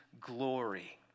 glory